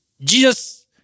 Jesus